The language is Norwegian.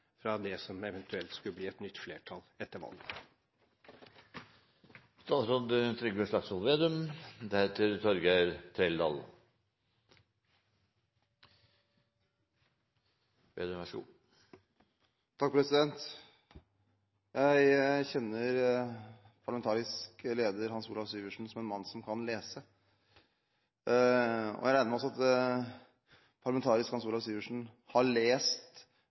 det som eventuelt skulle bli et nytt flertall etter valget. Jeg kjenner parlamentarisk leder Hans Olav Syversen som en mann som kan lese, og jeg regner også med at parlamentarisk leder Hans Olav Syversen har lest